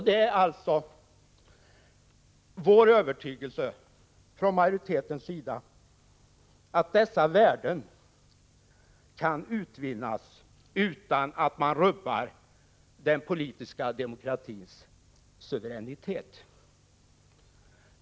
Det är alltså min övertygelse att dessa värden kan utvinnas utan att man rubbar den politiska demokratins suveränitet.